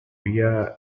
vía